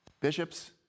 Bishops